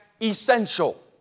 essential